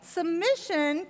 Submission